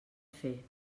fer